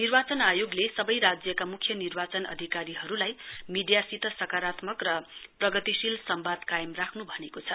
निर्वाचन आयोगले सबै राज्यका मुख्य निर्वाचन अधिकारीहरूलाई मीडियासित सकारात्मक र प्रगतिशील सम्बाद कायम राख्न् भनेको छ